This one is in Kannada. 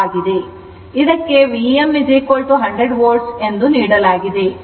ಇದಕ್ಕೆ Vm 100 volt ಎಂದು ನೀಡಲಾಗಿದೆ ಅದು ಗರಿಷ್ಠ ಮೌಲ್ಯ 100 volt ಇರುತ್ತದೆ